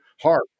hard